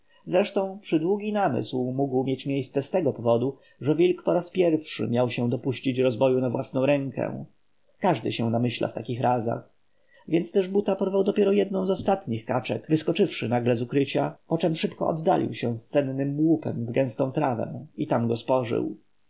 zresztą przydługi namysł mógł mieć miejsce z tego powodu że wilk po raz pierwszy miał się dopuścić rozboju na własną rękę każdy się namyśla w takich razach więc też buta porwał dopiero jedną z ostatnich kaczek wyskoczywszy nagle z ukrycia poczem szybko oddalił się z cennym łupem w gęstą trawę i tam go spożył